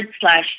slash